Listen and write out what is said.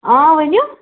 آ ؤنِو